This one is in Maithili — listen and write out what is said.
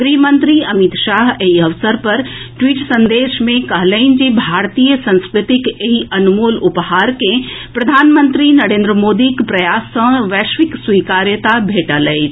गृह मंत्री अमित शाह एहि अवसर पर ट्वीट संदेश मे कहलनि जे भारतीय संस्कृतिक एहि अनमोल उपहार के प्रधानमंत्री नरेंद्र मोदीक प्रयास सँ वैश्विक स्वीकार्यता भेटल अछि